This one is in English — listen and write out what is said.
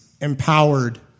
empowered